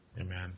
Amen